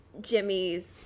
Jimmy's